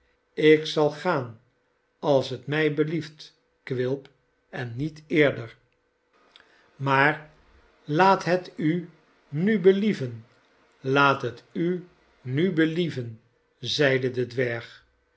ik zal gaan als het mij belieft quilp en niet eerder maar laat het u nu believen laat het u nu believen zeide de dwerg